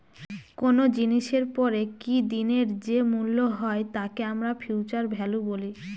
কোনো জিনিসের পরে কি দিনের যে মূল্য হয় তাকে আমরা ফিউচার ভ্যালু বলি